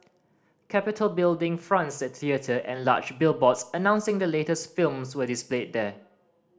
Capitol Building fronts the theatre and large billboards announcing the latest films were displayed there